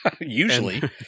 Usually